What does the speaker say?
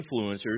influencers